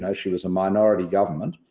and she was a minority government.